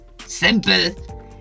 Simple